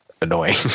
annoying